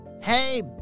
Hey